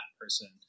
person